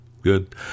good